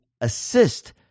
assist